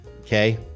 okay